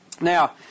Now